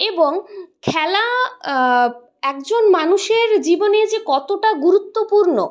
এবং খেলা একজন মানুষের জীবনে যে কতটা গুরুত্বপূর্ণ